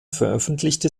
veröffentlichte